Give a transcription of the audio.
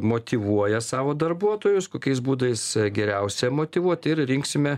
motyvuoja savo darbuotojus kokiais būdais geriausia motyvuoti ir rinksime